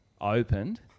opened